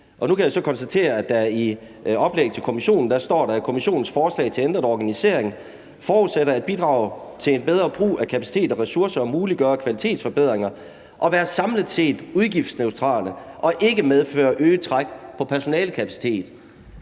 fremlagt, hvoraf dette fremgår: »Kommissionens forslag til ændret organisering forudsættes at bidrage til en bedre brug af kapacitet og ressourcer og muliggøre kvalitetsforbedringer, og være samlet set udgiftsneutrale og ikke medføre øget træk på personalekapacitet.«